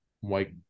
white